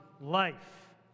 life